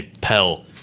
Pell